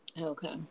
Okay